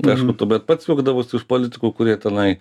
aišku tuomet pats juokdavausi iš politikų kurie tenai